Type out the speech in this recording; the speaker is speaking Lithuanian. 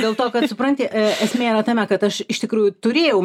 dėl to kad supranti e esmė yra tame kad aš iš tikrųjų turėjau